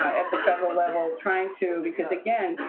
at the federal level, trying to because, again,